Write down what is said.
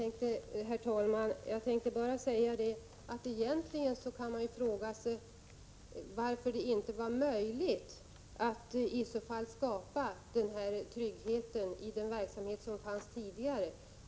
Herr talman! Jag vill bara säga att man kan fråga sig varför det i så fall inte var möjligt att skapa denna trygghet i den verksamhet som fanns tidigare.